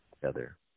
together